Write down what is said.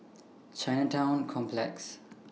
Chinatown Complex